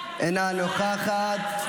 אינה נוכחת,